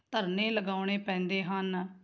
ਧਰਨੇ ਲਗਾਉਣੇ ਪੈਂਦੇ ਹਨ